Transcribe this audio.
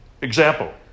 Example